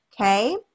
Okay